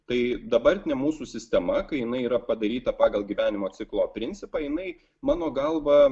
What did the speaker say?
tai dabartinė mūsų sistema kai jinai yra padaryta pagal gyvenimo ciklo principą jinai mano galva